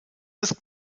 ist